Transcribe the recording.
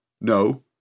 No